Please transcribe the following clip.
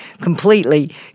completely